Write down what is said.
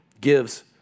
gives